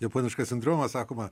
japoniškas sindromas sakoma